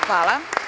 Hvala.